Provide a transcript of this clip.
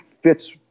fits